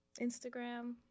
Instagram